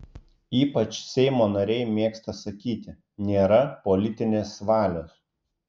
ypač seimo nariai mėgsta sakyti nėra politinės valios